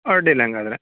ಅಡ್ಡಿಲ್ಲ ಹಂಗಾದ್ರೆ